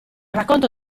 racconto